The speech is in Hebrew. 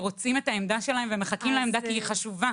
רוצים את העמדה שלהם ומחכים לה כי היא חשובה.